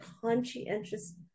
conscientious